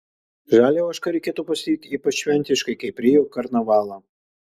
žalią ožką reikėtų pasitikti ypač šventiškai kaip rio karnavalą